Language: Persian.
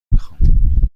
میخوام